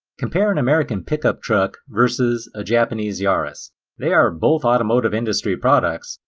compare an american pickup truck versus a japanese yaris they are both automotive industry products.